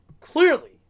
Clearly